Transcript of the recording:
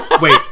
Wait